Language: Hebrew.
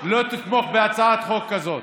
לא תתמוך בהצעת חוק כזאת,